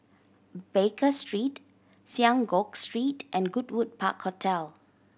Baker Street Synagogue Street and Goodwood Park Hotel